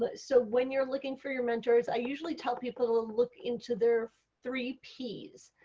but so when you're looking for your mentors i usually tell people to look into their three p's.